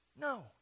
No